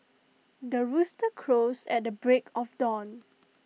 the rooster crows at the break of dawn